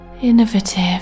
innovative